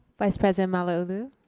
vice president malauulu.